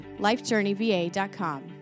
lifejourneyva.com